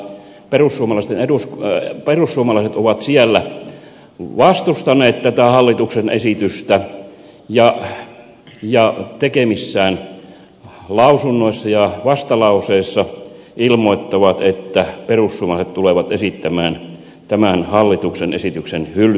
perussuomalaisten eduskunta ja perussuomalaiset ovat vastustaneet tätä hallituksen esitystä ja tekemissään lausunnoissa ja vastalauseissa ilmoittavat että perussuomalaiset tulevat esittämään tämän hallituksen esityksen hylkäämistä